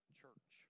church